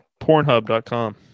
pornhub.com